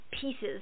pieces